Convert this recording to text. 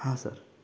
हां सर